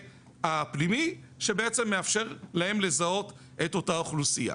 הפנימי שבעצם מאפשר להם לזהות את אותה אוכלוסייה.